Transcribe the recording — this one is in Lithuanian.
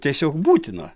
tiesiog būtina